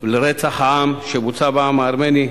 ולרצח העם שבוצע בעם הארמני.